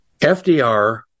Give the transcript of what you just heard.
FDR